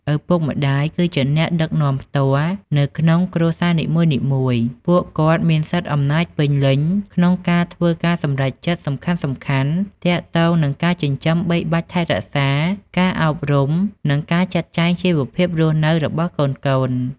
ឪពុកម្ដាយ គឺជា អ្នកដឹកនាំផ្ទាល់ នៅក្នុងគ្រួសារនីមួយៗ ពួកគាត់មាន សិទ្ធិអំណាចពេញលេញ ក្នុងការធ្វើការសម្រេចចិត្តសំខាន់ៗ ទាក់ទងនឹងការចិញ្ចឹមបីបាច់ថែរក្សា ការអប់រំ និងការចាត់ចែងជីវភាពរស់នៅរបស់កូនៗ។